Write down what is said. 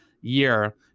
year